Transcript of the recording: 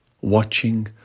watching